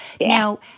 Now